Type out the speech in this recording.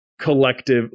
collective